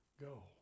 go